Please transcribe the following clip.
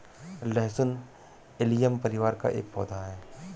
लहसुन एलियम परिवार का एक पौधा है